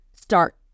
start